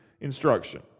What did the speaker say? instruction